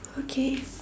okay